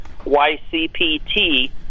YCPT